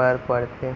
बर परथे